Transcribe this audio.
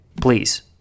Please